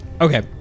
Okay